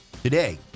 today